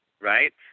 right